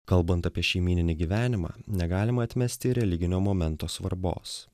kalbant apie šeimyninį gyvenimą negalima atmesti religinio momento svarbos